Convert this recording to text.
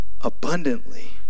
abundantly